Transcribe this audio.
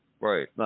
Right